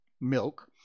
milk